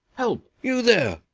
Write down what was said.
help, you there!